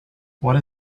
what